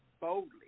boldly